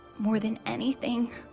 more than anything.